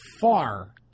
far